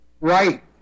Right